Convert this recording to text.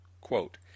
quote